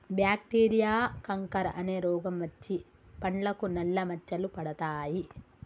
bacteria canker అనే రోగం వచ్చి పండ్లకు నల్ల మచ్చలు పడతాయి